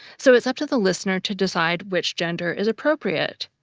so it's up to the listener to decide which gender is appropriate.